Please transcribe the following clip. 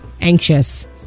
anxious